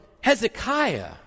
Hezekiah